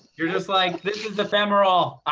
you're just like this, is ephemeral! ah!